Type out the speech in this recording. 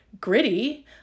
gritty